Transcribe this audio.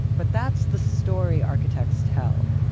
but that's the story architects tell.